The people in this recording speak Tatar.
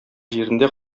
җирендә